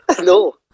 No